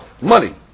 money